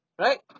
right